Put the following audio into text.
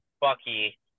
Bucky